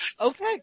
Okay